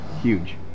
huge